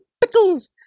pickles